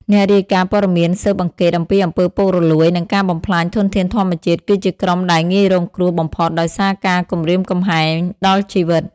អ្នករាយការណ៍ព័ត៌មានស៊ើបអង្កេតអំពីអំពើពុករលួយ និងការបំផ្លាញធនធានធម្មជាតិ គឺជាក្រុមដែលងាយរងគ្រោះបំផុតដោយសារការគំរាមកំហែងដល់ជីវិត។